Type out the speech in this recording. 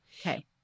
Okay